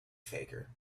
faker